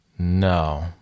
no